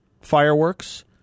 fireworks